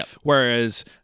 whereas